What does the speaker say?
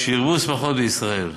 שירבו שמחות בישראל.